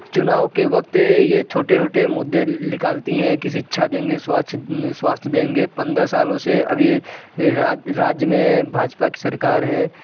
चुनाव के वक़्त ये छोटे छोटे मुद्दें निकालती है की शिक्षा देंगे स्वास्थ्य देंगे पन्द्रह सालों से अभी राज्य में भाजपा की सरकार है